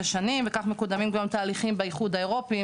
שנים וכך מקודמים גם תהליכים באיחוד האירופי.